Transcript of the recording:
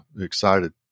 excited